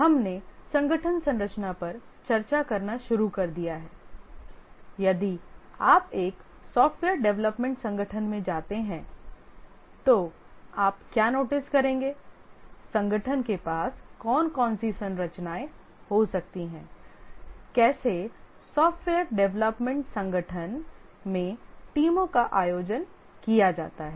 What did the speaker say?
हमने संगठन संरचना पर चर्चा करना शुरू कर दिया है यदि आप एक सॉफ्टवेयर डेवलपमेंट संगठन में जाते हैं तो आप क्या नोटिस करेंगे संगठन के पास कौन कौन सी संरचनाएं हो सकती हैं कैसे सॉफ्टवेयर डेवलपमेंट संगठन में टीमों का आयोजन किया जाता है